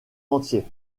entier